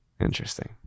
Interesting